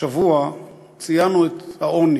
שבוע ציינו את העוני.